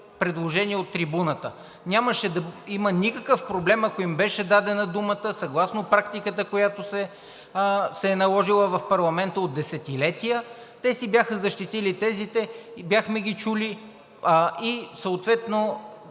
предложения от трибуната. Нямаше да има никакъв проблем, ако им беше дадена думата съгласно практиката, която се е наложила в парламента от десетилетия – те да си бяха защитили тезите и да бяхме ги чули и съответно